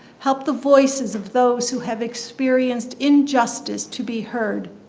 help the voices of those who have experienced injustice to be heard,